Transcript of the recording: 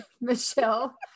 Michelle